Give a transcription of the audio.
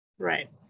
right